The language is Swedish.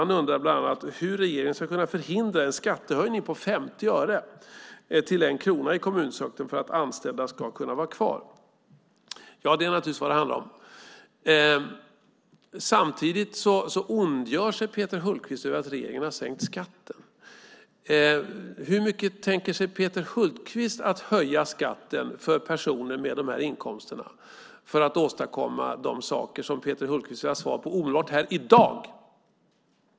Han undrar bland annat hur regeringen ska kunna förhindra en skattehöjning på 50 öre till 1 krona i kommunsektorn för att anställda ska kunna vara kvar. Det är naturligtvis vad det handlar om. Samtidigt ondgör sig Peter Hultqvist över att regeringen har sänkt skatten. Hur mycket tänker sig Peter Hultqvist att höja skatten för personer med de här inkomsterna för att åstadkomma de saker som Peter Hultqvist vill ha svar på omedelbart här i dag?